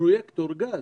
פרויקטור גז.